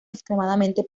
extremadamente